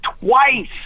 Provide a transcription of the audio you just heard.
twice